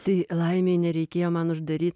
tai laimei nereikėjo man uždaryt